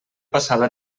passava